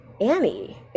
Annie